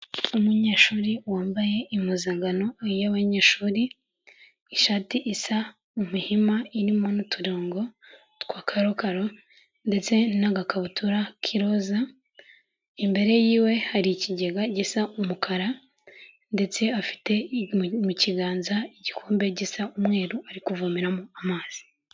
Umunyeshuri wambaye impuzankano y'abanyeshuri, ishati isa umihima irimo n'uturongo twa karokaro ndetse n'agakabutura k'iroza, imbere yiwe hari ikigega gisa umukara ndetse afite mu kiganza igikombe gisa umweru ari kuvomeramo amazi.